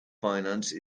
finance